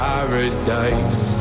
Paradise